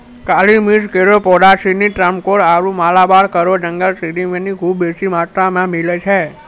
काली मिर्च केरो पौधा सिनी त्रावणकोर आरु मालाबार केरो जंगल सिनी म खूब बेसी मात्रा मे मिलै छै